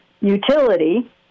utility